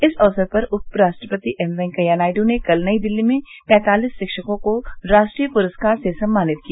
इस अवसर पर उपराष्ट्रपति एम वैकैया नायडू ने कल नई दिल्ली में पैंतालिस शिक्षकों को राष्ट्रीय पुरस्कार से सम्मानित किया